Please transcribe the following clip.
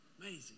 Amazing